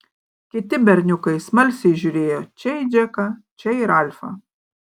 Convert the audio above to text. kiti berniukai smalsiai žiūrėjo čia į džeką čia į ralfą